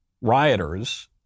rioters